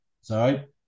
Sorry